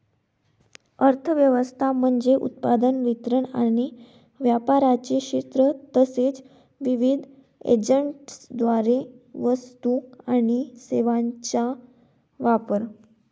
अर्थ व्यवस्था म्हणजे उत्पादन, वितरण आणि व्यापाराचे क्षेत्र तसेच विविध एजंट्सद्वारे वस्तू आणि सेवांचा वापर